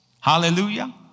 Hallelujah